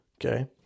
Okay